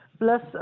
plus